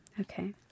Okay